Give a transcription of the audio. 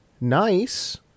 nice